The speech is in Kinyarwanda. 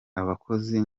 abakozi